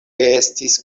estis